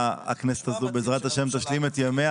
הכנסת הזו בעזרת השם תשלים את ימיה,